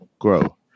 grow